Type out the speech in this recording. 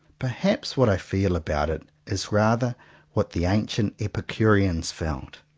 perhaps what i feel about it is rather what the ancient epicureans felt.